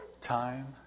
time